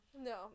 No